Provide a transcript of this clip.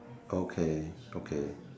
okay okay